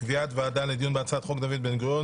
קביעת ועדה לדיון בהצעת חוק דוד בן-גוריון